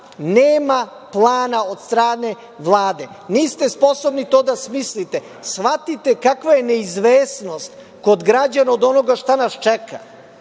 Nema plana od strane Vlade. Niste sposobni to da smislite. Shvatite kakva je neizvesnost kod građana od onoga šta nas čeka.